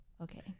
okay